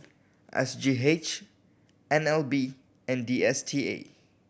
S G H N L B and D S T A